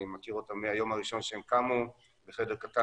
אני מכיר אותם מהיום הראשון שהם קמו בחדר קטן